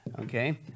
Okay